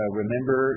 remember